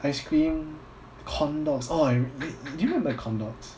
ice cream corn dogs orh do you remember the corn dogs